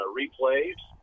replays